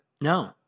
No